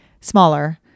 smaller